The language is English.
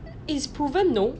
it's proven